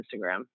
Instagram